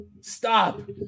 stop